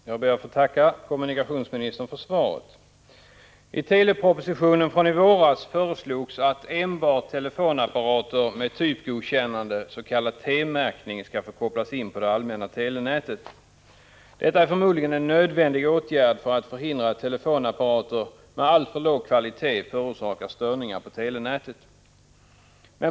Herr talman! Jag ber att få tacka kommunikationsministern för svaret. I telepropositionen från i våras föreslogs att enbart telefonapparater med typgodkännande, s.k. T-märkning, skall få kopplas in i det allmänna telefonnätet. Detta är förmodligen en nödvändig åtgärd för att förhindra att telefonapparater med alltför låg kvalitet förorsakar störningar på telenätet.